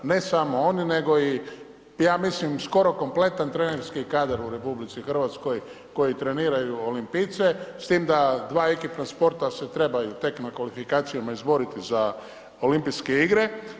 Ne samo oni nego i ja mislim skoro kompletan trenerski kadar u RH koji treniraju olimpijce, s tim da dva ekipna sporta se trebaju tek na kvalifikacijama izboriti za Olimpijske igre.